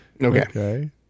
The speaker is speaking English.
Okay